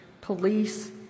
police